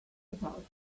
about